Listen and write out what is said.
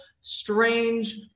strange